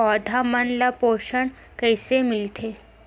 पौधा मन ला पोषण कइसे मिलथे?